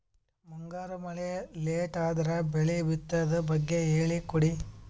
ಮುಂಗಾರು ಮಳೆ ಲೇಟ್ ಅದರ ಬೆಳೆ ಬಿತದು ಬಗ್ಗೆ ಹೇಳಿ ಕೊಡಿ?